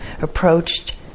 approached